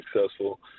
successful